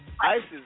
ISIS